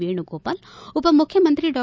ವೇಣುಗೋಪಾಲ್ ಉಪಮುಖ್ಯಮಂತ್ರಿ ಡಾ